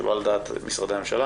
שלא על דעת משרדי הממשלה,